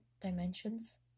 dimensions